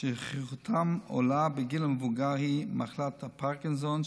ששכיחותן עולה בגיל המבוגר היא מחלת הפרקינסון,